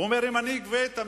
הוא אומר: אם אני אגבה 110%,